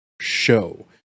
show